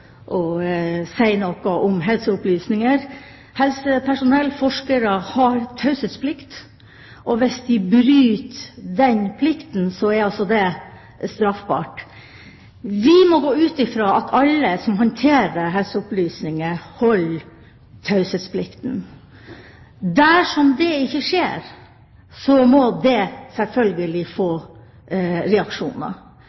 helseopplysninger. Helsepersonell og forskere har taushetsplikt. Hvis de ikke overholder den plikten, er det straffbart. Vi må gå ut fra at alle som håndterer helseopplysninger, overholder taushetsplikten. Dersom det ikke skjer, må det selvfølgelig